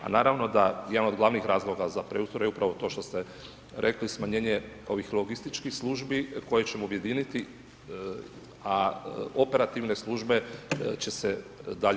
A naravno da jedan od glavnih razloga za preustroj je upravo to što ste rekli, smanjenje ovih logističkih službi, koje ćemo objediniti, a operativne službe će se dalje